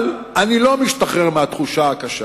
אבל אני לא משתחרר מהתחושה הקשה